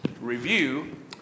review